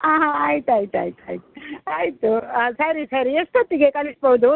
ಹಾಂ ಹಾಂ ಆಯ್ತು ಆಯ್ತು ಆಯ್ತು ಆಯ್ತು ಆಯಿತು ಸರಿ ಸರಿ ಎಷ್ಟೋತ್ತಿಗೆ ಕಳಿಸ್ಬೋದು